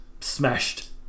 smashed